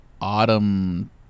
Autumn